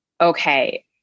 okay